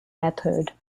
method